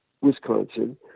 Wisconsin